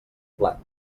plat